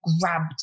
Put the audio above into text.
grabbed